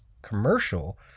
commercial